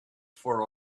for